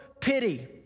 pity